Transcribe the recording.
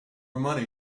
money